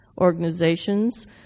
organizations